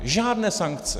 Žádné sankce!